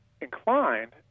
inclined